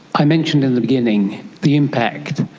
i mentioned in the beginning the impact,